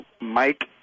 Mike